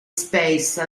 space